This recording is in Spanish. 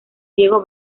diego